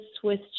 Swiss